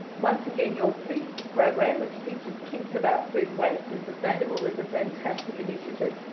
once again your feast program which teaches kids about food waste and sustainable is a fantastic initiative.